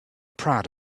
proud